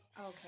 Okay